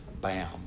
bam